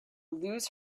lose